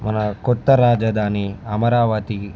మన కొత్త రాజధాని అమరావతి